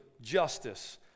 justice